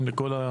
כלום.